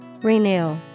Renew